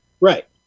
Right